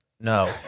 no